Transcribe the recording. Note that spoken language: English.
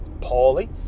poorly